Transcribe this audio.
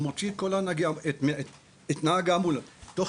הוא מוציא את נהג האמבולנס תוך